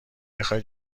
بخوای